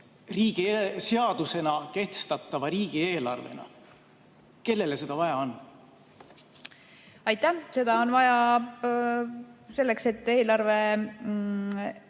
seadusena kehtestatava riigieelarvena. Kellele seda vaja on? Aitäh! Seda on vaja selleks, et eelarve